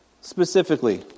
Specifically